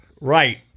Right